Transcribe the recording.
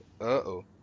Uh-oh